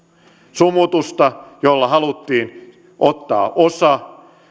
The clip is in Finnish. sumutusta jolla haluttiin ottaa osa